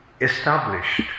established